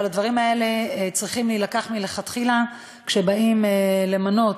אבל הדברים האלה צריכים להילקח מלכתחילה כשבאים למנות